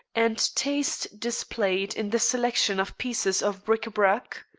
and taste displayed in the selection of pieces of bric-a-brac?